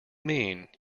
mean